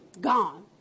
gone